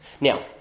Now